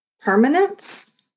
Permanence